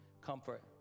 comfort